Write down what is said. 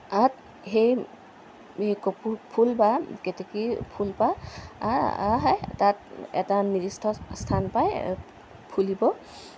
তাত সেই কপৌ ফুল বা কেতেকী ফুলপাহ তাত এটা নিৰ্দিষ্ট স্থান পায় ফুলিব